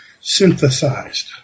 synthesized